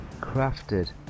crafted